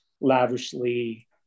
lavishly